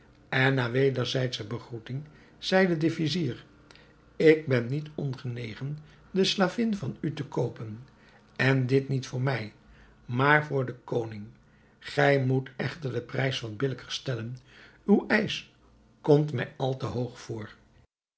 en na wederzijdsche begroeting zeide de vizier ik ben niet ongenegen de slavin van u te koopen en dit niet voor mij maar voor den koning gij moet echter den prijs wat billijker stellen uw eisch komt mij al te hoog voor